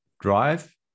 Drive